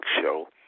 show